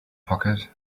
pocket